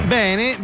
bene